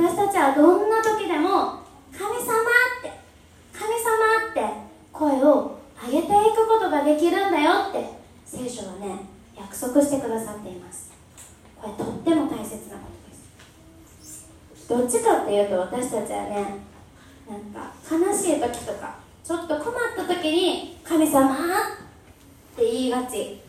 私たちはどんな時でも、「神様！」って、「神様！」って声を上げていくことができるんだよって聖書はね、約束してくださっています。これとっても大切なことです。どっちかっていうと私たちはね、なんか悲しい時とか、ちょっと困った時に、「神様！」って言いがち。